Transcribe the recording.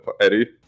Eddie